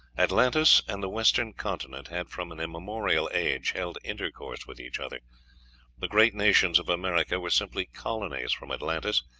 atlantis and the western continent had from an immemorial age held intercourse with each other the great nations of america were simply colonies from atlantis,